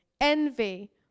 envy